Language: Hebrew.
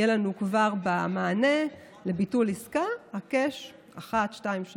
יהיה לנו כבר במענה: לביטול עסקה הקש 123,